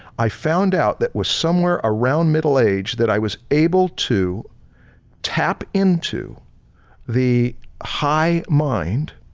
i found out that was somewhere around middle age that i was able to tap into the high mind